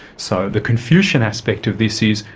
so, the confucian aspect of this is,